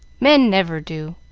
men never do.